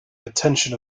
attention